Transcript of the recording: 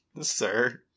Sir